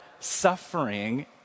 suffering